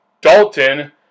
Dalton